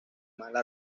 mala